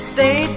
Stay